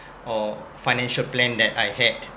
or financial plan that I had